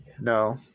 No